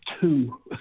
two